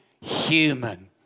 human